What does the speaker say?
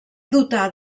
dotar